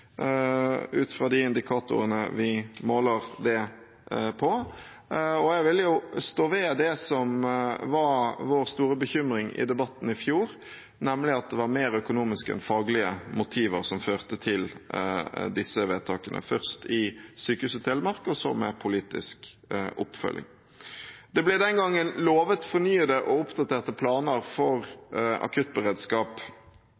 ut fra de indikatorene vi måler det på. Jeg vil stå ved det som var vår store bekymring i debatten i fjor, nemlig at det var mer økonomiske enn faglige motiver som førte til disse vedtakene, først i Sykehuset Telemark og så med politisk oppfølging. Det ble den gangen lovet fornyede og oppdaterte planer for akuttberedskap.